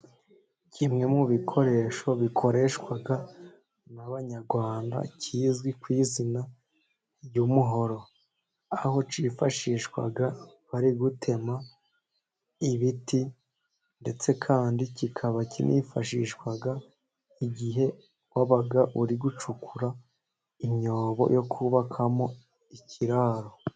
Kimwe mu bikoresho bikoreshwa n'abanyarwanda kizwi ku izina ry'umuhoro, aho cyifashishwa bari gutema ibiti ndetse kandi kikaba kinifashishwa, igihe wabaga uri gucukura imyobo yo kubakamo ikiraro.